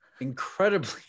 Incredibly